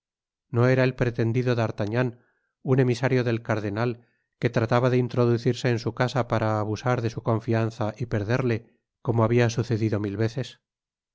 no era el pretendido d'artagnan un emisario del cardenal que trataba de introducirse en su casa para abusar de su confianza y perderle como habia sucedido mil veces